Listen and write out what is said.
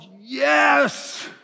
yes